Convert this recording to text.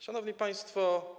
Szanowni Państwo!